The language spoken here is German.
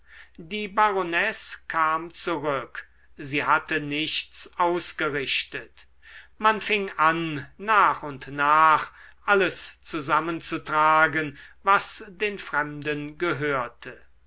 die baronesse kam zurück sie hatte nichts ausgerichtet man fing an nach und nach alles zusammenzutragen was den fremden gehörte